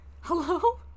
hello